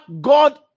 God